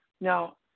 Now